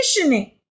conditioning